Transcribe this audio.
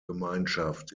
gemeinschaft